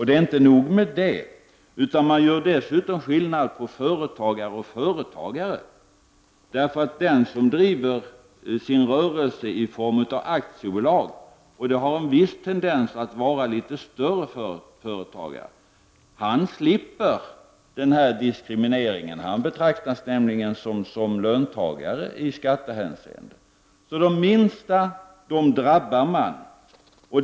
Det är inte nog med detta. Det görs dessutom skillnad på företagare och företagare. Den som driver sin rörelse i form av aktiebolag — och då är det ofta fråga om litet större företag — slipper denna diskriminering. Denna företagare betraktas nämligen som löntagare i skattehänseende. De minsta företagarna drabbas.